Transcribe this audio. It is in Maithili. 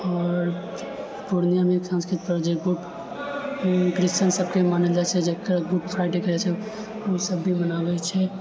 आओर पूर्णियामे एक सांस्कृतिक पर्व जे किओ क्रिश्चियन सबके मानल जाइ छै जकरा गुड फ्राइडे कहै छै ईसब भी मनाबै छै